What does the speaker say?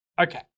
Okay